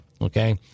Okay